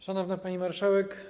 Szanowna Pani Marszałek!